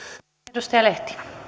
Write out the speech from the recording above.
arvoisa rouva